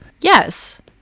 Yes